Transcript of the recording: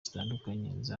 zitandukanye